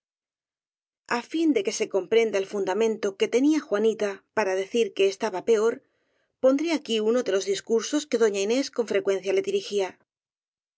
á fin de que se comprenda el fundamento que te nía juanita para decir qu e estaba peor pondré aquí uno de los discursos que doña inés con frecuencia le dirigía